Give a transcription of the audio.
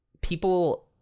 people